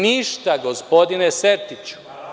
Ništa gospodine Sertiću.